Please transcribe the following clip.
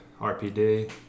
RPD